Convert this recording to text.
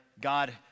God